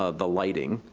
ah the lighting,